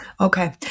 Okay